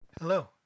Hello